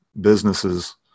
businesses